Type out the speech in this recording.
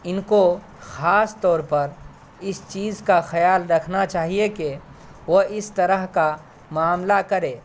ان کو خاص طور پر اس چیز کا خیال رکھنا چاہیے کہ وہ اس طرح کا معاملہ کرے